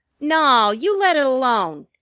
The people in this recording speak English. naw! you let it alone!